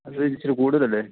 അത് ഇച്ചിരി കൂടുതൽ അല്ലേ